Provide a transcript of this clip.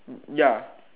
ya